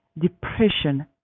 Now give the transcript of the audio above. depression